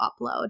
upload